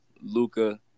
Luca